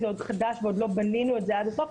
זה עוד חדש ועוד לא בנינו את זה עד הסוף,